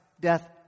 death